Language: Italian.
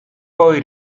poi